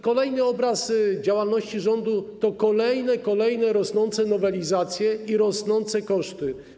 Kolejny obraz działalności rządu to kolejne, kolejne pojawiające się nowelizacje i rosnące koszty.